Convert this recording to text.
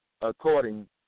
according